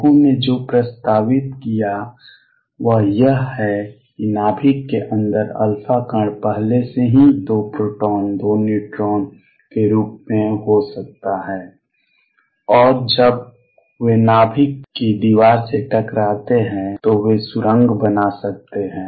लोगों ने जो प्रस्तावित किया वह यह है कि नाभिक के अंदर α कण पहले से ही 2 प्रोटॉन 2 न्यूट्रॉन के रूप में हो सकता है और जब वे नाभिक की दीवार से टकराते हैं तो वे सुरंग बना सकते हैं